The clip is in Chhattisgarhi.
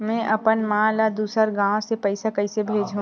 में अपन मा ला दुसर गांव से पईसा कइसे भेजहु?